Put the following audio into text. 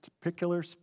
particular